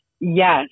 Yes